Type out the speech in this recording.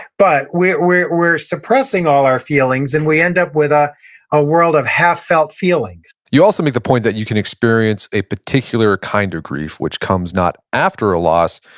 but, we're we're suppressing all our feelings, and we end up with ah a world of half-felt feelings you also make the point that you can experience a particular kind of grief, which comes not after a loss,